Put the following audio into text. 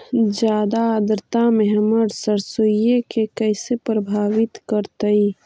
जादा आद्रता में हमर सरसोईय के कैसे प्रभावित करतई?